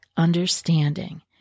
Understanding